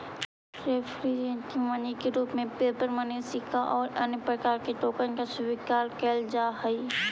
representative money के रूप में पेपर मनी सिक्का आउ अन्य प्रकार के टोकन स्वीकार कैल जा हई